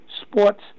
sports